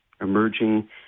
Emerging